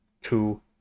two